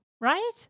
right